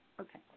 Okay